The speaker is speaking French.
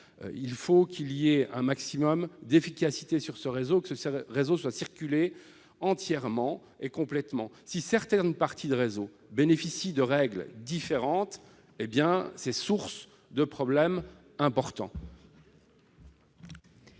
réseau. Il faut un maximum d'efficacité sur ce réseau, et qu'il soit « circulé » entièrement et complètement. Si certaines parties bénéficient de règles différentes, c'est une source de problèmes importants.